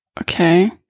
Okay